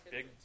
Big